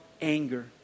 anger